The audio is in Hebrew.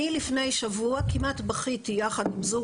לפני שבוע אני כמעט בכיתי יחד עם זוג